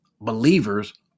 believers